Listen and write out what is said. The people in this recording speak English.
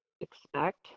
expect